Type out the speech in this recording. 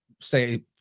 say